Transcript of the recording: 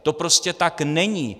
To prostě tak není!